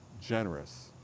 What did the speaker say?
generous